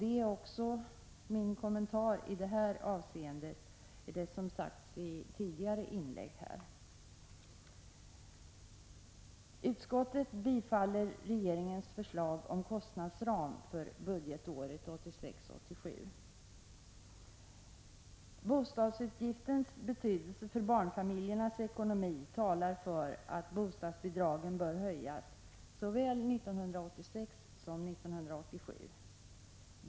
Det är också min kommentar till det som sagts här i tidigare inlägg. Bostadsutgiftens betydelse för barnfamiljernas ekonomi talar för att bostadsbidragen bör höjas såväl för 1986 som för 1987.